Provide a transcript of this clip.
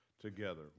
together